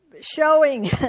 showing